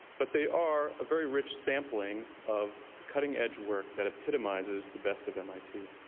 but they are a very rich sampling of cutting-edge work that epitomizes the best of mit.